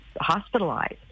hospitalized